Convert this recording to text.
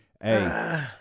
Hey